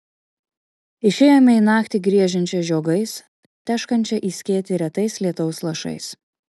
išėjome į naktį griežiančią žiogais teškančią į skėtį retais lietaus lašais